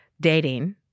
dating